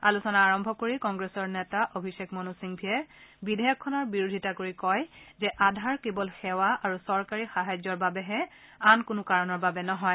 আলোচনা আৰম্ভ কৰি কংগ্ৰেছৰ নেতা অভিশেষ মনো সিংভিয়ে বিধেয়কখনৰ বিৰোধিতা কৰি কয় যে আধাৰ কেৱল সেৱা আৰু চৰকাৰী সাহায্যৰ বাবেহে আন কোনো কাৰণৰ বাবে নহয়